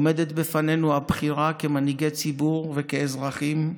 עומדת בפנינו הבחירה, כמנהיגי ציבור וכאזרחים,